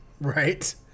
Right